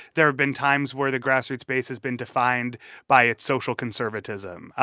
there have been times where the grass-roots base has been defined by its social conservatism.